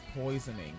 poisoning